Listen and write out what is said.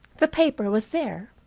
the paper was there,